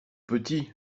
petit